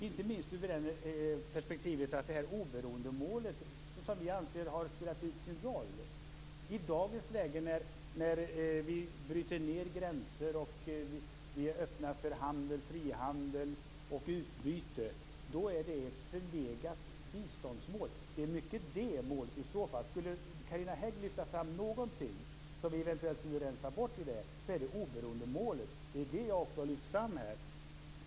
Inte minst ur det perspektivet anser vi att oberoendemålet har spelat ut sin roll. I dagens läge när vi bryter ned hinder och öppnar för frihandel och utbyte är det ett förlegat biståndsmål. Skulle Carina Hägg lyfta fram någonting som vi eventuellt skulle rensa bort är det oberoendemålet. Det är också det jag här har lyft fram.